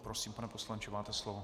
Prosím, pane poslanče, máte slovo.